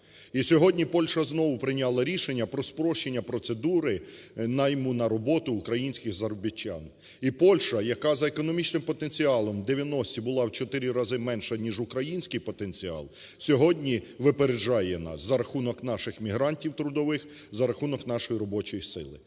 І сьогодні Польща знову прийняла рішення про спрощення процедури найму на роботу українських заробітчан. І Польща, яка за економічним потенціалом в 90-ті була в чотири рази менший, ніж український потенціал, сьогодні випереджає нас за рахунок наших мігрантів трудових, за рахунок нашої робочої сили.